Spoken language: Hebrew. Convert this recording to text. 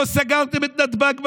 לא סגרתם את נתב"ג בזמן,